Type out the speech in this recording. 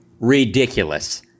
ridiculous